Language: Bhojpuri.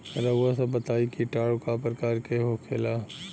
रउआ सभ बताई किटाणु क प्रकार के होखेला?